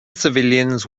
civilians